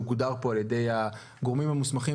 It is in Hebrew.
מה שהוגדר פה על ידי הגורמים המוסמכים